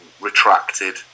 retracted